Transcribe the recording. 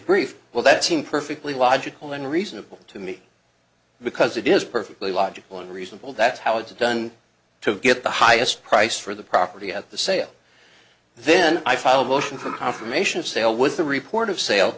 brief well that seemed perfectly logical and reasonable to me because it is perfectly logical and reasonable that's how it's done to get the highest price for the property at the sale then i filed a motion for confirmation of sale with the report of sale